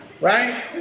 Right